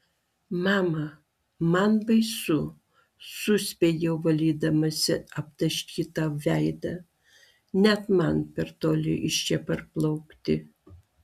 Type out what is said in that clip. mama man baisu suspiegiau valydamasi aptaškytą veidą net man per toli iš čia parplaukti